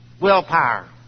Willpower